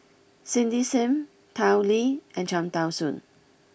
Cindy Sim Tao Li and Cham Tao Soon